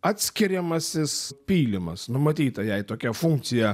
atskiriamasis pylimas numatyta jai tokia funkcija